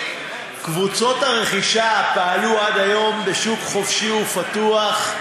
קבוצות הרכישה פעלו עד היום בשוק חופשי ופתוח,